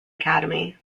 academy